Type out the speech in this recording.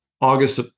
August